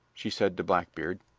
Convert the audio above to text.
she said to blackbeard.